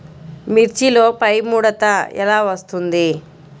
మిర్చిలో పైముడత ఎలా వస్తుంది?